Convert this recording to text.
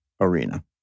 arena